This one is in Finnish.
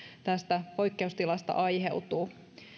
tästä poikkeustilasta aiheutuu